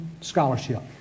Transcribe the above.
scholarship